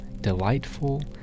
delightful